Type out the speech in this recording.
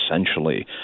essentially